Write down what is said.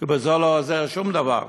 כי בזה לא עוזר שום דבר,